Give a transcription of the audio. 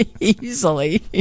Easily